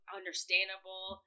understandable